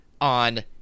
on